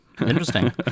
Interesting